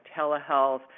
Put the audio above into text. telehealth